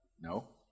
No